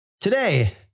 Today